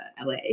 LA